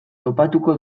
topatuko